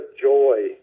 joy